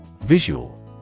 Visual